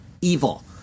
evil